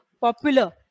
popular